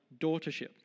daughtership